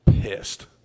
pissed